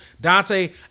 Dante